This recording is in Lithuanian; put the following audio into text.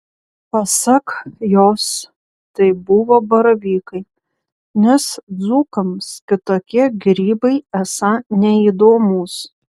pasak jos tai buvo baravykai nes dzūkams kitokie grybai esą neįdomūs